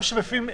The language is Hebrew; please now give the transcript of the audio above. תני לי רגע.